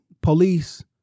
police